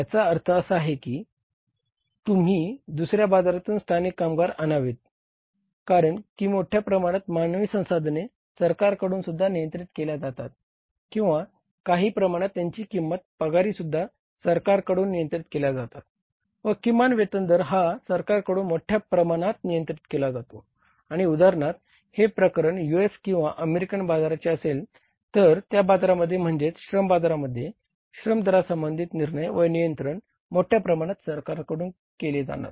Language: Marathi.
याचा अर्थ असा नाही की तुम्ही दुसऱ्या बाजारातून स्थानिक कामगार आणावेत कारण की मोठ्या प्रमाणात मानवी संसाधने सरकारकडूनसुद्धा नियंत्रित केल्या जातात किंवा काही प्रमाणात त्यांच्या किंमती पगारीसुद्धा सरकारकडून नियंत्रित केल्या जातात व किमान वेतन दर हा सरकाकडून मोठ्याप्रमाणात नियंत्रित केला जातो आणि उदाहरणार्थ हे प्रकरण यूएस किंवा अमेरिकन बाजाराचे असेल तर त्या बाजारामध्ये म्हणजेच श्रम बाजारमध्ये श्रम दरासंबंधीत निर्णय व नियंत्रण मोठ्या प्रमाणात सरकारकडून केले जाणार